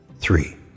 three